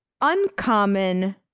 uncommon